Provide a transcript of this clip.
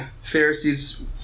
Pharisees